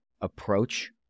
approach